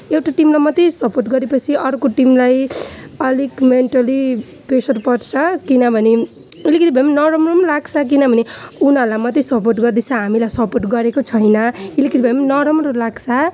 एउटा टिमलाई मात्र सपोर्ट गरे पछि अर्को टिमलाई अलिक मेन्टली प्रेसर पर्छ किनभने अलिकति भए नराम्रो लाग्छ किनभने उनीहरूलाई मात्र सपोर्ट गर्दैछ हामीलाई सपोर्ट गरेको छैन अलिकति भए नराम्रो लाग्छ